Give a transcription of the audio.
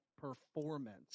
performance